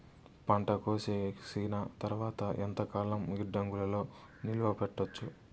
పంట కోసేసిన తర్వాత ఎంతకాలం గిడ్డంగులలో నిలువ పెట్టొచ్చు?